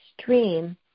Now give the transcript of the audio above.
stream